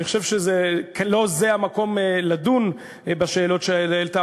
אני חושב שלא זה המקום לדון בשאלות שהעלית,